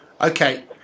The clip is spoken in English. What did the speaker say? Okay